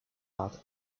part